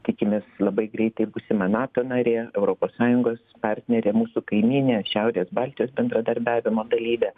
tikimės labai greitai ir būsima nato narė europos sąjungos partnerė mūsų kaimynė šiaurės baltijos bendradarbiavimo dalyvė